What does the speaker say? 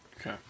Okay